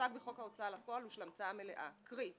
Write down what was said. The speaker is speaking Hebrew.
המושג בחוק ההוצאה לפועל הוא של המצאה מלאה, קרי: